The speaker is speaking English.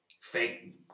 fake